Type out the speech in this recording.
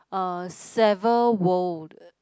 uh seven world